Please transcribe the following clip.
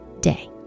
day